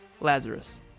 Lazarus